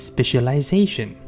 Specialization